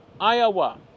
Iowa